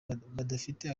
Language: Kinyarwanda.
badafite